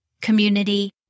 community